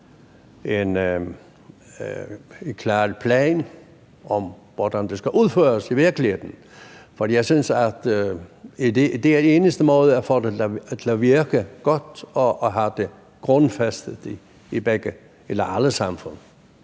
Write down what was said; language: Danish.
en klar plan for, hvordan det skal udføres i virkeligheden. For jeg synes, at det er den eneste måde at få det til at virke godt, altså at have det grundfæstet i alle samfund.